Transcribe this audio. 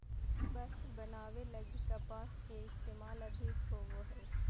वस्त्र बनावे लगी कपास के इस्तेमाल अधिक होवो हय